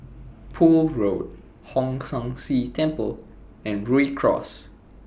Poole Road Hong San See Temple and Rhu Cross